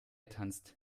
tanzt